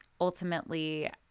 ultimately